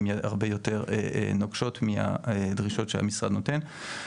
הן הרבה יותר נוקשות מהדרישות שמשרד העלייה והקליטה נותן.